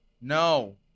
No